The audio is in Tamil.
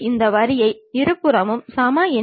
மற்றொன்று இணை ஏறியம் ஆகும்